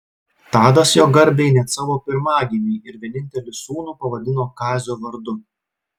tadas jo garbei net savo pirmagimį ir vienintelį sūnų pavadino kazio vardu